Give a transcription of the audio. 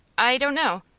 i don't know.